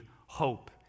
hope